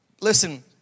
listen